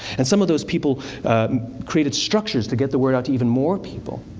and some of those people created structures to get the word out to even more people.